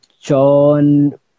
John